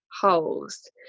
holes